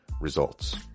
results